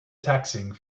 taxing